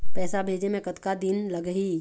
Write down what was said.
पैसा भेजे मे कतका दिन लगही?